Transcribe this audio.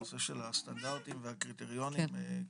הנושא של הסטנדרטים והקריטריונים,